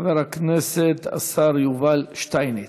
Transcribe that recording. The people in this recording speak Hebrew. חבר הכנסת השר יובל שטייניץ.